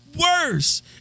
worse